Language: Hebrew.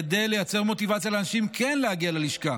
כדי לייצר מוטיבציה לאנשים כן להגיע ללשכה,